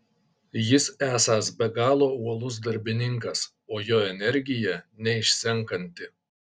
jis esąs be galo uolus darbininkas o jo energija neišsenkanti